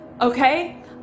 okay